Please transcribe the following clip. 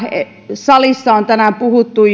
salissa on tänään puhuttu